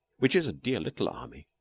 which is a dear little army,